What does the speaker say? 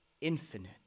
infinite